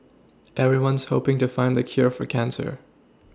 everyone's hoPing to find the cure for cancer